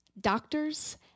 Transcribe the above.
doctors